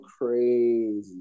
crazy